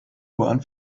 bahn